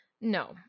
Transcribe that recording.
No